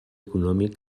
econòmic